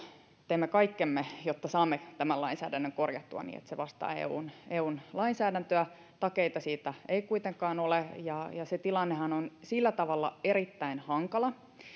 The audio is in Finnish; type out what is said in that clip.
teemme kaikkemme jotta saamme tämän lainsäädännön korjattua niin että se vastaa eun eun lainsäädäntöä takeita siitä ei kuitenkaan ole ja tilannehan on sillä tavalla erittäin hankala